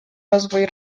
rozwój